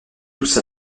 tous